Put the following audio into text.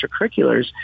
extracurriculars